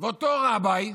ואותו רביי,